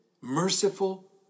merciful